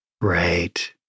Right